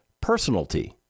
personality